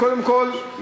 קודם כול,